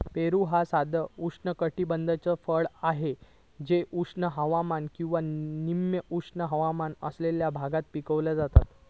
पेरू ह्या साधा उष्णकटिबद्धाचा फळ हा जा उष्ण हवामान किंवा निम उष्ण हवामान असलेल्या भागात पिकवला जाता